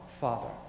Father